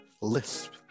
lisp